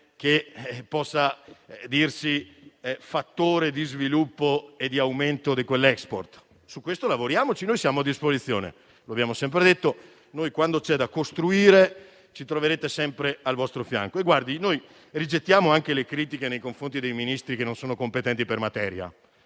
che possa dirsi fattore di sviluppo e di aumento dell'*export.* Lavoriamo su questo, noi siamo a disposizione. Come abbiamo sempre detto, quando c'è da costruire, ci troverete sempre al vostro fianco. Rigettiamo anche le critiche nei confronti dei Ministri che non sono competenti per materia,